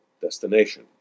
destination